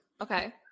Okay